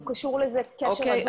הוא קשור לזה קשר הדוק.